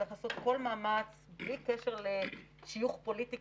צריך לעשות כל מאמץ בלי קשר לשיוך פוליטי